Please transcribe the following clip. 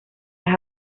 las